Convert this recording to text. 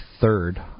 third